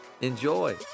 Enjoy